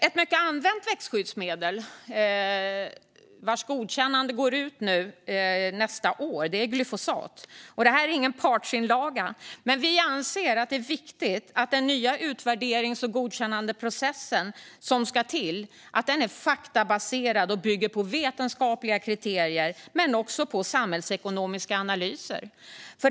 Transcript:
Ett mycket använt växtskyddsmedel vars godkännande går ut nästa år är glyfosat. Detta är ingen partsinlaga, men vi anser att det är viktigt att den nya utvärderings och godkännandeprocess som ska till är faktabaserad och bygger på vetenskapliga kriterier men också på samhällsekonomiska analyser.